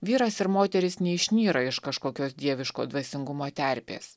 vyras ir moteris neišnyra iš kažkokios dieviško dvasingumo terpės